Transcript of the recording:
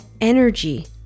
energy